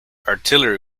artillery